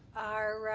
are